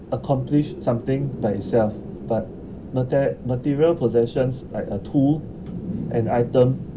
accomplish something by itself but mate~ material possessions like a tool and item